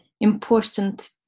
important